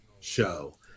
show